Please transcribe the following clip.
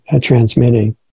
transmitting